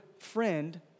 Friend